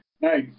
Nice